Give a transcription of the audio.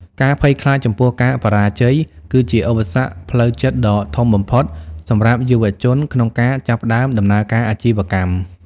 ការភ័យខ្លាចចំពោះការបរាជ័យគឺជាឧបសគ្គផ្លូវចិត្តដ៏ធំបំផុតសម្រាប់យុវជនក្នុងការចាប់ផ្ដើមដំណើរការអាជីវកម្ម។